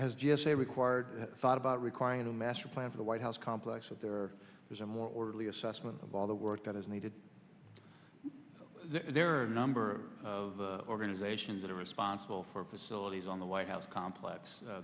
a required thought about requiring a master plan for the white house complex so there was a more orderly assessment of all the work that is needed well there are a number of organizations that are responsible for facilities on the white house complex